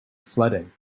flooding